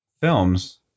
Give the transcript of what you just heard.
films